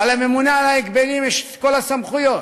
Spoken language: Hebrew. ולממונה על ההגבלים יש כל הסמכויות,